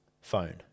Phone